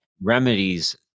remedies